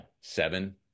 seven